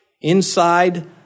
inside